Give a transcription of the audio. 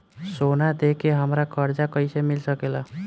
सोना दे के हमरा कर्जा कईसे मिल सकेला?